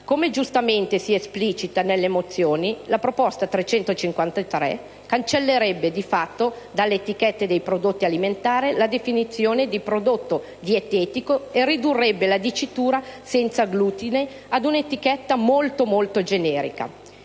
Come giustamente si esplicita nelle mozioni, la proposta COM 353 cancellerebbe, di fatto, dalle etichette dei prodotti alimentari la definizione «prodotto dietetico» riducendo la dicitura «senza glutine» ad un'etichetta molto generica.